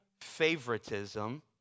favoritism